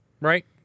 Right